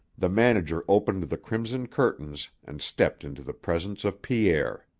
the manager opened the crimson curtains and stepped into the presence of pierre.